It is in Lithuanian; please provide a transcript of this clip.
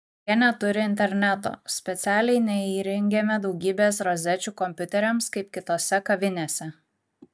jie neturi interneto specialiai neįrengėme daugybės rozečių kompiuteriams kaip kitose kavinėse